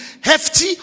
hefty